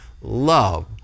Love